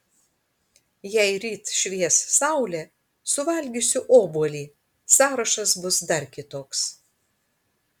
jei ryt švies saulė suvalgysiu obuolį sąrašas bus dar kitoks